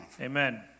Amen